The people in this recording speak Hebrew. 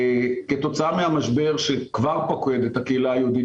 כתוצאה מהמשבר שכבר פוקד את הקהילה היהודית